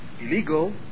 illegal